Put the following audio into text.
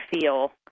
feel